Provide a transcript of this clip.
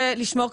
ולשמור,